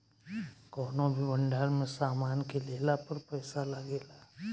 कौनो भी भंडार में सामान के लेला पर पैसा लागेला